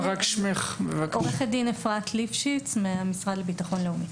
עו"ד אפרת ליפשיץ מהמשרד לביטחון לאומי.